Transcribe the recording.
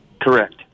Correct